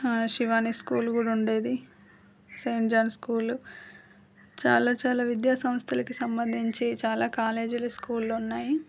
Shivani school కూడా ఉండేది saint John's school చాలా చాలా విద్యాసంస్థలకు సంబంధించి చాలా కాలేజీలు స్కూళ్ళు ఉన్నాయి